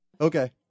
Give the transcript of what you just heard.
Okay